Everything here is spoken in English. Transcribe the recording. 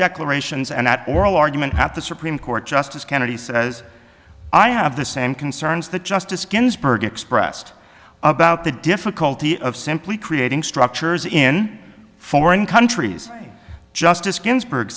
declarations and at oral argument at the supreme court justice kennedy says i have the same concerns that justice ginsburg expressed about the difficulty of simply creating structures in foreign countries justice ginsburg